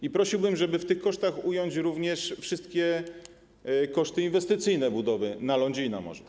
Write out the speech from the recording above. I prosiłbym, żeby w tych kosztach ująć również wszystkie koszty inwestycyjne budowy, na lądzie i na morzu.